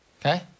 Okay